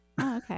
Okay